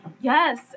Yes